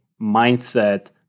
mindset